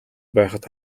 байхад